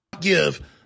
give